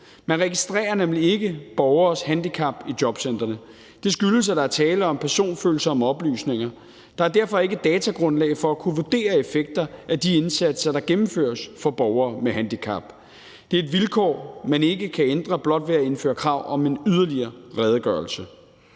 Man registrerer nemlig ikke borgeres handicap i jobcentrene. Det skyldes, at der er tale om personfølsomme oplysninger. Der er derfor ikke datagrundlag for at kunne vurdere effekter af de indsatser, der gennemføres for borgere med handicap. Det er et vilkår, man ikke kan ændre blot ved at indføre krav om en yderligere redegørelse.